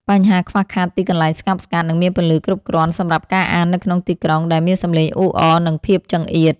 បញ្ហាខ្វះខាតទីកន្លែងស្ងប់ស្ងាត់ និងមានពន្លឺគ្រប់គ្រាន់សម្រាប់ការអាននៅក្នុងទីក្រុងដែលមានសម្លេងអ៊ូអរ និងភាពចង្អៀត។